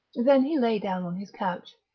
then he lay down on his couch.